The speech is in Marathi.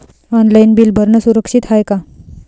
ऑनलाईन बिल भरनं सुरक्षित हाय का?